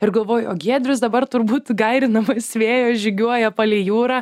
ir galvoju o giedrius dabar turbūt gairinamais vėjo žygiuoja palei jūrą